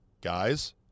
Guys